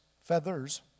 feathers